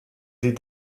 die